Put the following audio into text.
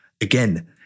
Again